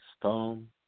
storm